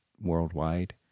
worldwide